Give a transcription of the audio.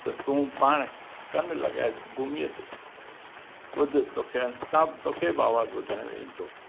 त तूं पाण कनि लॻाए भूमीअ ते ॿुध तोखे अंत ताप तोखे बि आवाज़ु ॿुधण में ईंदो